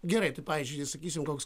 gerai tai pavyzdžiui sakysim koks